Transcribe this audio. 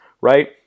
Right